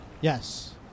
Yes